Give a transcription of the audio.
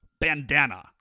bandana